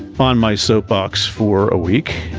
on my soap box for a week,